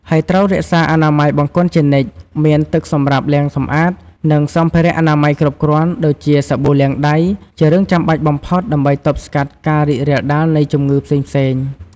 ហើយត្រូវរក្សាអនាម័យបង្គន់ជានិច្ច មានទឹកសម្រាប់លាងសម្អាត និងសម្ភារៈអនាម័យគ្រប់គ្រាន់ ដូចជាសាប៊ូលាងដៃ ជារឿងចាំបាច់បំផុតដើម្បីទប់ស្កាត់ការរីករាលដាលនៃជំងឺផ្សេងៗ។